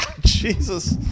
Jesus